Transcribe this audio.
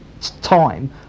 time